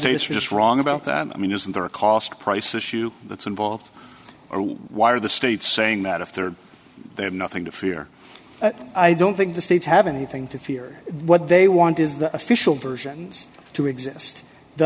are just wrong about that i mean isn't there a cost price issue that's involved or why are the states saying that if there they have nothing to fear i don't think the states have anything to fear what they want is the official version to exist th